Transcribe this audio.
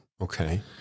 Okay